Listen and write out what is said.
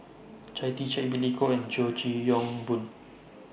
Chia Tee Chiak Billy Koh and George Yong Boon